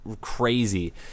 crazy